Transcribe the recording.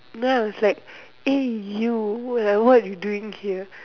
ya it's like eh you like what you doing here